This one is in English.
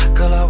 Girl